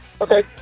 Okay